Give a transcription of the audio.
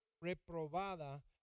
reprobada